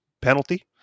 penalty